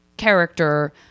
character